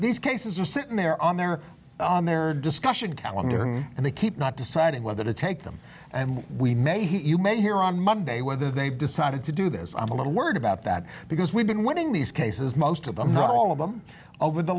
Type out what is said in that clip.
these cases are sitting there on their own their discussion and they keep not deciding whether to take them and we may hear you may hear on monday whether they've decided to do this on a little worried about that because we've been winning these cases most of them not all of them over the